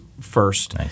first